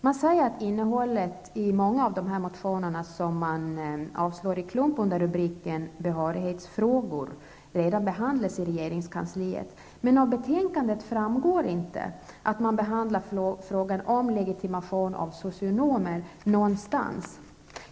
Man säger att innehållet i många av de motioner som avstyrks i klump under rubriken Behörighetsfrågor redan behandlas i regeringskansliet. Men av betänkandet framgår inte att man behandlar frågan om legitimation för socionomer någonstans.